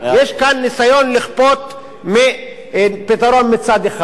יש כאן ניסיון לכפות פתרון מצד אחד,